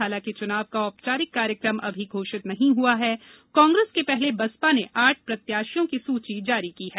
हालाकि चुनाव का अभी औपचारिक कार्यक्रम घोषित नहीं हुआ है कांग्रेस के पहले बसपा ने आठ प्रत्याशियों की सूची जारी की है